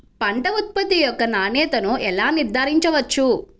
పంట ఉత్పత్తి యొక్క నాణ్యతను ఎలా నిర్ధారించవచ్చు?